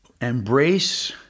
embrace